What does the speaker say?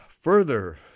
further